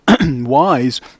wise